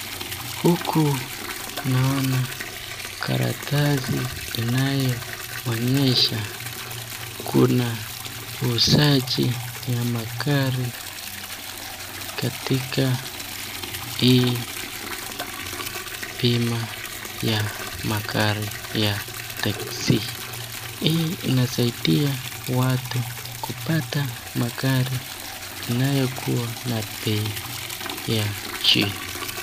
Huku naona karatasi inayoonyesha kuna uuzaji wa magari, katika hii bima ya magari ya texi hii inasaida watu kupata magari inayokuwa na bei ya chini.